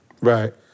Right